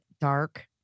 dark